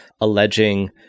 alleging